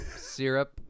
syrup